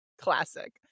classic